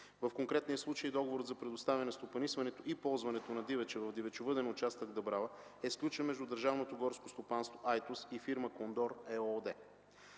В конкретния случай договор за предоставяне, стопанисване и ползване на дивеча в Дивечовъден участък „Дъбрава” е сключен между Държавното горско стопанство – Айтос, и фирма „Кондор” ЕООД.